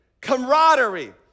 camaraderie